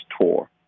tour